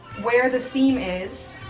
where the seam is.